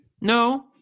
no